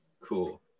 cool